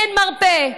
אין מרפא.